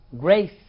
Grace